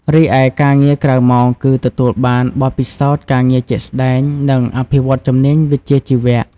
រីឯការងារក្រៅម៉ោង គឺទទួលបានបទពិសោធន៍ការងារជាក់ស្តែង និងអភិវឌ្ឍន៍ជំនាញវិជ្ជាជីវៈ។